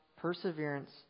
perseverance